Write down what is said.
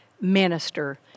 minister